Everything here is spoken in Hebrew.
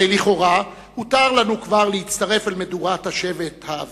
הרי לכאורה הותר לנו כבר להצטרף אל מדורת השבט האבל,